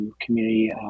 community